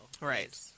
Right